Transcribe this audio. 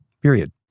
period